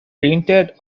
printed